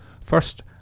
First